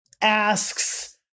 asks